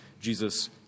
Jesus